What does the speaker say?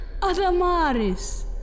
Adamaris